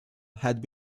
had